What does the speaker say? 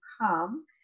come